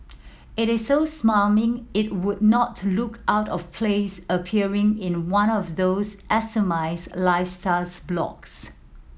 it is so smarmy it would not look out of place appearing in one of those lifestyles blogs